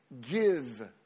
give